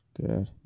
Good